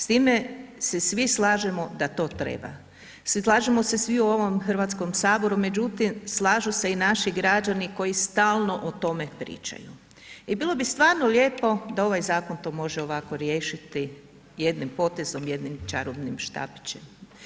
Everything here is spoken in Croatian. S time se svi slažemo da to treba, slažemo se svi u ovom HS, međutim, slažu se i naši građani koji stalno o tome pričaju i bilo bi stvarno lijepo da ovaj zakon to može ovako riješiti jednim potezom, jednim čarobnim štapićem.